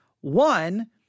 one